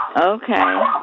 Okay